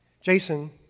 Jason